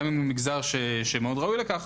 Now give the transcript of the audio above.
גם אם הוא מגזר שמאוד ראוי לכך.